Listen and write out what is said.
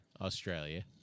Australia